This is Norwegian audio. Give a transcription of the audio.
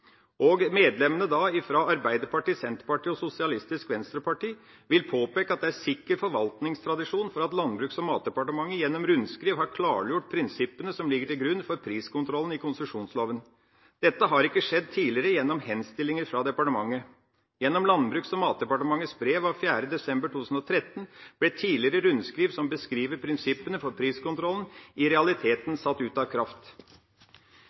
Og medlemmene fra Arbeiderpartiet, Senterpartiet og Sosialistisk Venstreparti vil påpeke at det er sikker forvaltningstradisjon for at Landbruks- og matdepartementet gjennom rundskriv har klargjort prinsippene som ligger til grunn for priskontrollen i konsesjonsloven. Dette har ikke tidligere skjedd gjennom henstillinger fra departementet. Gjennom Landbruks- og matdepartementets brev av 4. desember 2013 ble tidligere rundskriv som beskriver prinsippene for priskontrollen, i realiteten satt ut av kraft.